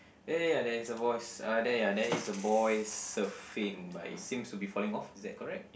ya ya ya there is a voice uh there ya there is a boy surfing but he seems to be falling off is that correct